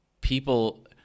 people